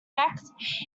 effect